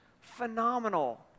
Phenomenal